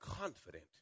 confident